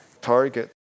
target